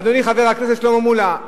אדוני חבר הכנסת שלמה מולה,